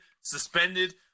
suspended